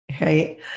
right